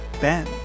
Ben